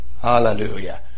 Hallelujah